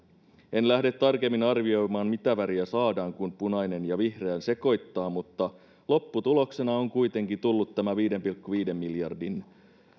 en lähde tarkemmin arvioimaan mitä väriä saadaan kun punaisen ja vihreän sekoittaa mutta lopputuloksena on kuitenkin tullut tämä viiden pilkku viiden miljardin